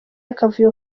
akavuyo